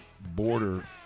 Border